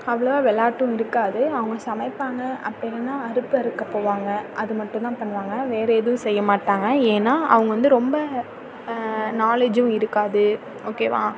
அவ்வளவாக விளையாட்டும் இருக்காது அவங்க சமைப்பாங்க அப்படியில்லனா அறுப்பு அறுக்க போவாங்க அது மட்டுந்தான் பண்ணுவாங்க வேறு எதுவும் செய்ய மாட்டாங்க ஏன்னா அவங்க வந்து ரொம்ப நாலேஜூம் இருக்காது ஓகேவா